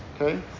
Okay